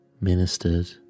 ministered